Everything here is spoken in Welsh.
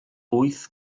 wyth